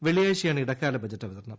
വെള്ളിയാഴ്ചയാണ് ഇടക്കാല ബജറ്റ് അവതരണം